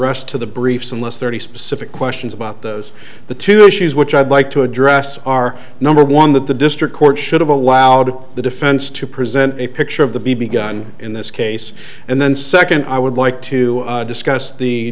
rest to the briefs unless thirty specific questions about those the two issues which i'd like to address are number one that the district court should have allowed the defense to present a picture of the b b gun in this case and then second i would like to discuss the